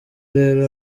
rero